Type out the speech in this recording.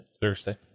thursday